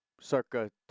circa